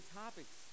topics